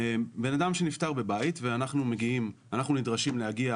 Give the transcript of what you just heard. בן אדם שנפטר בבית ואנחנו נדרשים להגיע